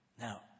Now